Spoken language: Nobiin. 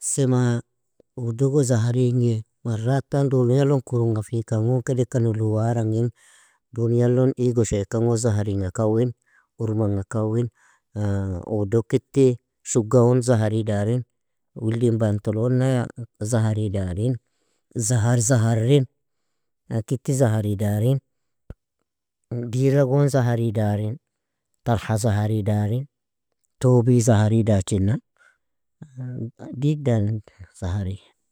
Semaa udog zaharighi maratta dunyalin kurunghafikan gon kedeka nuolwarangin, dunyalon igoshaikan gon zaharingha kawin, urmangha kawin, udog kitti, shugha uun zahari darin, weldin bantalona zahari darin, zahar zaharin, kitti zahari darin, dirra gon zahari darin, tarha zahari darin, tobi zahari dachina, digda in zahri.